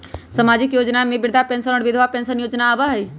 सामाजिक योजना में वृद्धा पेंसन और विधवा पेंसन योजना आबह ई?